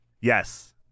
Yes